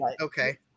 Okay